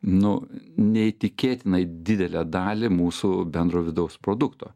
nu neįtikėtinai didelę dalį mūsų bendro vidaus produkto